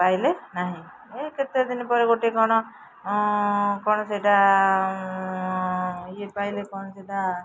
ପାଇଲେ ନାହିଁ ଏ କେତେଦିନ ପରେ ଗୋଟେ କ'ଣ କ'ଣ ସେଇଟା ଇଏ ପାଇଲେ କ'ଣ ସେଇଟା